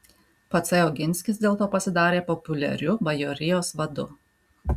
patsai oginskis dėl to pasidarė populiariu bajorijos vadu